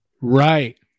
Right